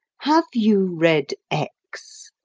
have you read x?